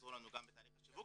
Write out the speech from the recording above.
יעזרו לנו גם בתהליך השיווק,